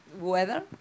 weather